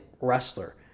wrestler